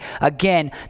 Again